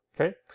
Okay